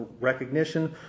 recognition